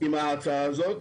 עם ההצעה הזאת,